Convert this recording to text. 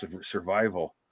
survival